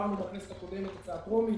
עברנו בכנסת הקודמת הצבעה טרומית,